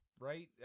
Right